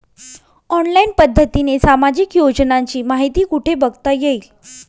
Online पद्धतीने सामाजिक योजनांची माहिती कुठे बघता येईल?